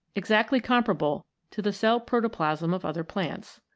exactly com parable to the cell-protoplasm of other plants.